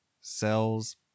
cells